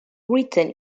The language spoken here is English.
written